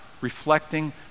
reflecting